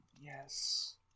Yes